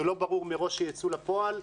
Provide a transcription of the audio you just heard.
שלא ברור מראש שיצאו לפועל,